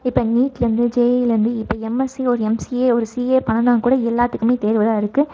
இப்போ நீட்லேருந்து ஜேயிலேருந்து இப்போ எம்எஸ்சி ஒரு எம்சிஏ ஒரு சிஏ பண்ணணுனால் கூட எல்லாத்துக்குமே தேர்வுதான் இருக்குது